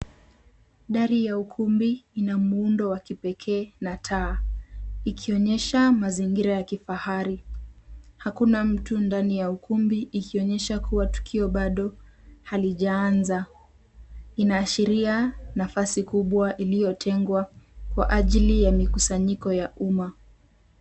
Dari ya ukumbi ina muundo wa kipekee na taa, ikionyesha mazingira ya kifahari. Hakuna mtu ndani ya ukumbi ikionyesha kuwa tukio bado halijaanza. Inaashiria, nafasi kubwa iliyotengwa kwa ajili ya mikusanyiko ya umma.